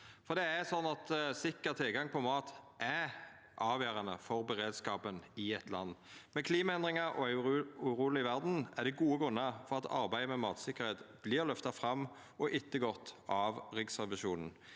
ting. Sikker tilgang på mat er avgjerande for beredskapen i eit land. Med klimaendringar og ei uroleg verd er det gode grunnar for at arbeidet med matsikkerheit vert løfta fram og ettergått av Riksrevisjonen.